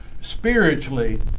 spiritually